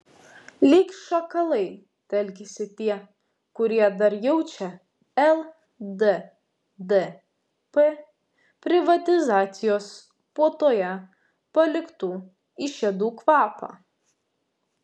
lyg šakalai telkiasi tie kurie dar jaučia lddp privatizacijos puotoje paliktų išėdų kvapą